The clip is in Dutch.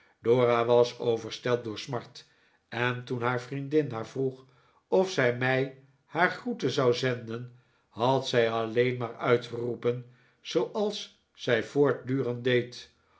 dora was overstelpt door smart en toen haar vriendin haar vroeg of zij mij haar groeten zou zenden had zij alleen maar uitgeroepen zooals zij voortdurend deed